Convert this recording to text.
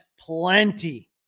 plenty